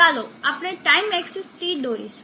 ચાલો આપણે time axis T દોરીશું